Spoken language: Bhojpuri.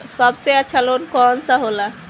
सबसे अच्छा लोन कौन सा होला?